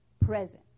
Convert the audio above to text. present